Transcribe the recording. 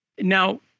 Now